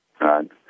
right